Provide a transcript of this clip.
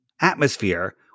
atmosphere